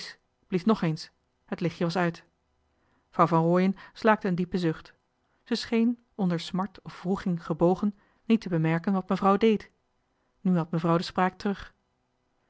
nog eens het lichtje was uit vrouw van rooien slaakte een diepen zucht ze scheen onder smart of wroeging gebogen niet te bemerken wat mevrouw deed nu had mevrouw de spraak terug